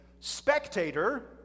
spectator